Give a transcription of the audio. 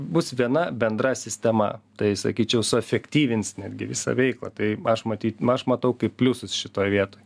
bus viena bendra sistema tai sakyčiau suefektyvins netgi visą veiklą tai aš matyt aš matau kaip pliusus šitoj vietoj